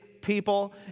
people